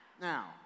Now